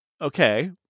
okay